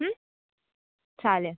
चालेल